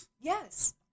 Yes